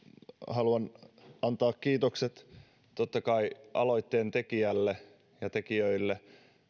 haluan antaa kiitokset totta kai aloitteen tekijöille